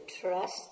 trust